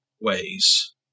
ways